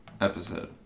episode